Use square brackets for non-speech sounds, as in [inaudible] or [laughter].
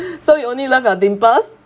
[laughs] so you only love your dimples